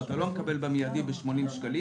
אתה לא מקבל את התוצאות באופן מיידי ב-80 שקלים.